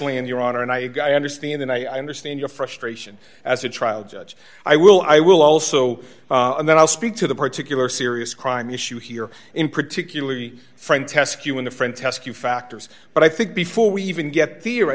land your honor and i understand that i understand your frustration as a trial judge i will i will also and then i'll speak to the particular serious crime issue here in particularly frank test you in the friend test you factors but i think before we even get fear i